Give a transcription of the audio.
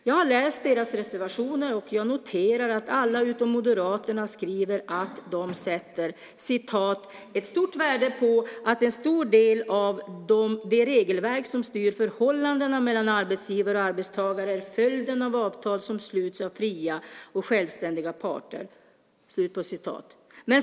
Jag har läst deras reservationer, och jag noterar att alla utom Moderaterna skriver att de sätter "ett stort värde på att en stor del av det regelverk som styr förhållandena mellan arbetsgivare och arbetstagare är följden av avtal som sluts av fria och självständiga parter".